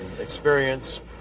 experience